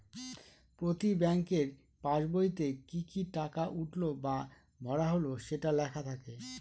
প্রতি ব্যাঙ্কের পাসবইতে কি কি টাকা উঠলো বা ভরা হল সেটা লেখা থাকে